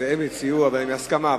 הם הציעו ויש הסכמה,